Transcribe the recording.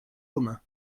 commun